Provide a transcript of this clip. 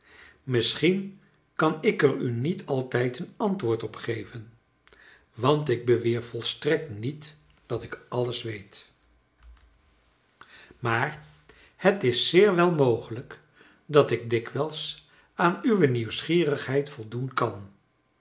misschien kan ik er u niet altijd een antwoord op geven want ik beweer volstrekt niet dat ik alles weet maar het is zeer wel mogelijk dat ik dikwijls aan uwe nieuwsgierigheid voldoen kan